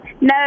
No